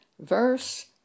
verse